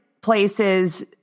places